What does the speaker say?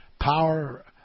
power